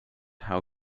how